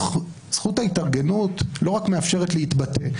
זכות ההתארגנות לא רק מאפשרת להתבטא,